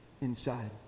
inside